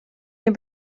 mir